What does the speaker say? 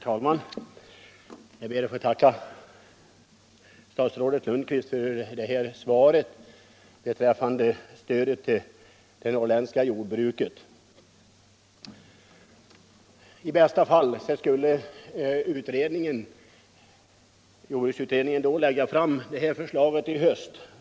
Herr talman! Jag tackar statsrådet Lundkvist för det svar han gav beträffande stödet till det norrländska jordbruket. I bästa fall skulle jordbruksutredningen alltså kunna lägga fram förslaget i höst.